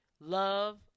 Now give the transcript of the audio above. Love